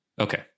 okay